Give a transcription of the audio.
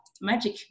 magic